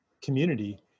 community